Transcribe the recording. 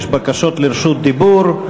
יש בקשות לרשות דיבור.